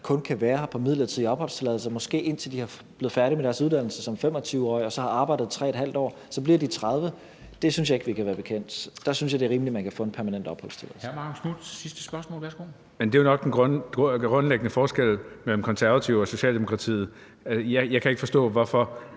kun kan være her på en midlertidig opholdstilladelse, måske indtil de er blevet færdige med deres uddannelse som 25-årige og så har arbejdet 3½ år; så bliver de 30 år, før det sker. Det synes jeg ikke vi kan være bekendt. Der synes jeg, det er rimeligt, at man kan få en permanent opholdstilladelse. Kl. 14:00 Formanden (Henrik Dam Kristensen): Hr. Marcus Knuth for